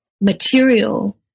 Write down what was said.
material